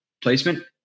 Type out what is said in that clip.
placement